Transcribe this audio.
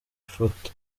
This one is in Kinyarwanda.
foto